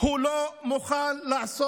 את זה הוא לא מוכן לעשות.